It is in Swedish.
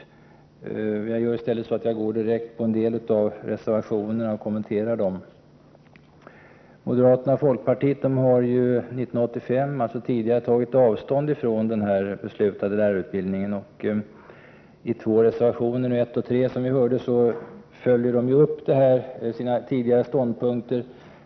Jag gör i stället så att jag går direkt på en del av reservationerna och kommenterar dem. Moderaterna och folkpartiet har 1985 tagit avstånd från den beslutade lärarutbildningen, och som vi hörde följer de nu upp sina tidigare ståndpunkter i två reservationer, nr 1 och 3.